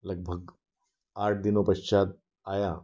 लगभग आठ दिनों पश्चात आया